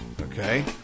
Okay